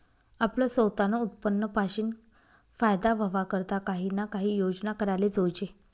आपलं सवतानं उत्पन्न पाशीन फायदा व्हवा करता काही ना काही योजना कराले जोयजे